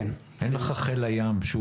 אין לך חיל ים.